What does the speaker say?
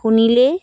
শুনিলেই